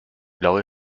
blaue